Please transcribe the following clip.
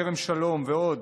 כרם שלום ועוד.